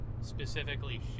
Specifically